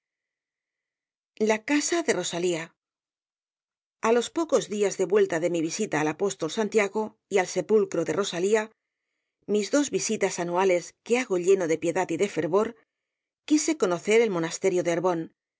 la casa de rosalía a los pocos días de vuelta de mi visita al apóstol santiago y al sepulcro de rosalíamis dos visitas anuales que hago lleno de piedad y de fervor quise conocer el monasterio de